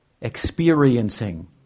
experiencing